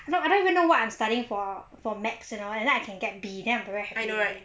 no I don't even know what I'm studying for for maths you know and then I can get B and then I very happy